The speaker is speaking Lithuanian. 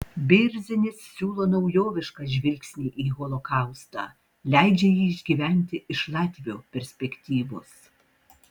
bėrzinis siūlo naujovišką žvilgsnį į holokaustą leidžia jį išgyventi iš latvio perspektyvos